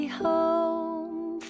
home